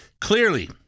Clearly